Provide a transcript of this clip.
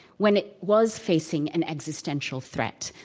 when it was facing an existential threat.